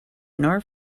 nor